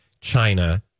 China